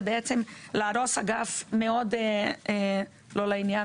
זה בעצם להרוס אגף מאוד לא לעניין,